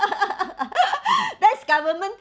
that's governnment